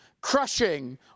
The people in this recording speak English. crushing